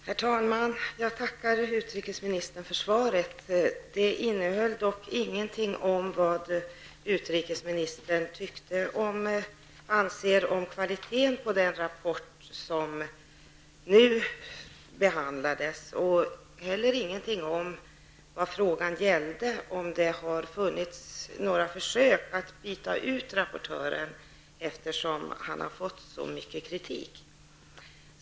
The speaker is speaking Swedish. Herr talman! Jag tackar utrikesministern för svaret. Det innehöll dock ingenting om vad utrikesministern anser om kvaliteten på den rapport som senast behandlades och heller ingenting om vad frågan gällde, nämligen och om det har gjorts några försök att byta ut rapportören eftersom han har fått så mycket kritik.